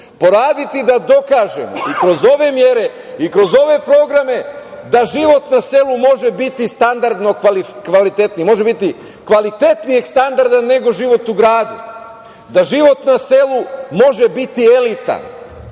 poraditi da dokažemo i kroz ove mere i kroz ove programe da život na selu može biti kvalitetan, odnosno kvalitetnijeg standarda, nego život u gradu. Dakle, da život na selu može biti elitan,